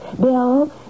Bill